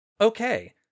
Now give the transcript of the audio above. Okay